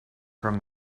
from